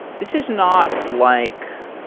this is not like